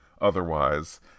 otherwise